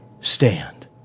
stand